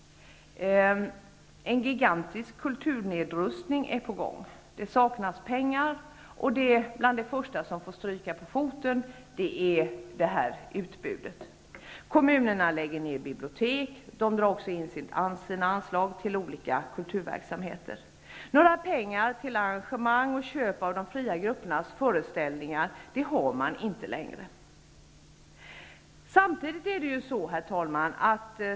En gigantisk kulturnedrustning är på gång. Det saknas pengar, och det första som får stryka på foten är det kulturella utbudet. Kommunerna lägger ned bibliotek och drar in sina anslag till olika kulturverksamheter. Några pengar till arrangemang och köp av de fria gruppernas föreställningar finns inte längre. Herr talman!